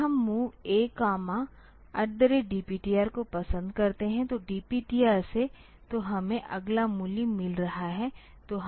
तब हम MOV A DPTR को पसंद करते हैं तो DPTR से तो हमें अगला मूल्य मिल रहा है